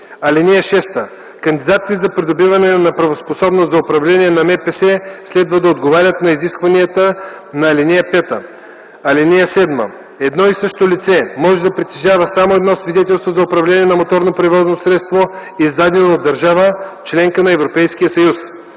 месеца. (6) Кандидатите за придобиване на правоспособност за управление на МПС следва да отговарят на изискванията на ал. 5. (7) Едно и също лице може да притежава само едно свидетелство за управление на моторно превозно средство, издадено от държава – членка на Европейския съюз.